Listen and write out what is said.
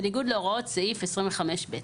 בניגוד להוראות סעיף 25(ב).